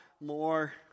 more